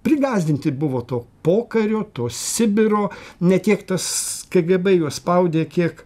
prigąsdinti buvo to pokario to sibiro ne tiek tas kgb juos spaudė kiek